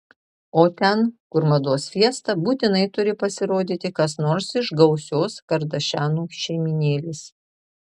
o ten kur mados fiesta būtinai turi pasirodyti kas nors iš gausios kardašianų šeimynėlės